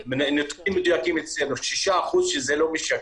מנתונים מדויקים אצלנו 6% שזה לא משקף,